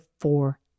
four